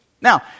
Now